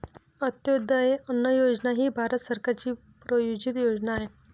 अंत्योदय अन्न योजना ही भारत सरकारची प्रायोजित योजना आहे